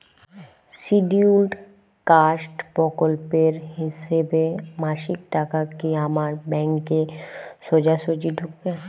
Scheduled caste প্রকল্পের হিসেবে মাসিক টাকা কি আমার ব্যাংকে সোজাসুজি ঢুকবে?